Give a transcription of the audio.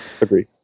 agree